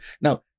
Now